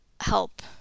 help